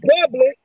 public